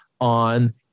on